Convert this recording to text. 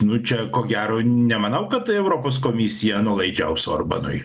nu čia ko gero nemanau kad europos komisija nuolaidžiaus orbanui